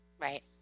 Right